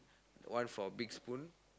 one for big spoon